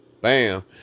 Bam